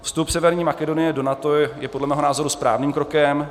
Vstup Severní Makedonie do NATO je podle mého názoru správným krokem.